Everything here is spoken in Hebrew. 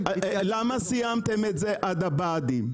למה סיימתם את זה עד הבה"דים?